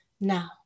now